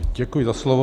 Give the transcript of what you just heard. Děkuji za slovo.